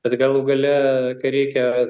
bet galų gale kai reikia